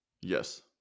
Yes